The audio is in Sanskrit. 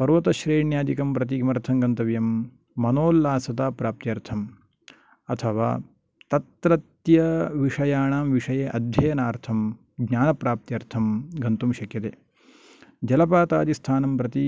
पर्वतश्रेण्यादिकं प्रति किमर्थं गन्तव्यं मनोल्लासता प्राप्त्यर्थं अथवा तत्रत्य विषयाणां विषये अध्ययनार्थं ज्ञानप्राप्त्यर्थं गन्तुं शक्यते जलपातादिस्थानं प्रति